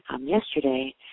yesterday